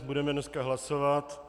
Budeme dneska hlasovat.